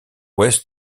ouest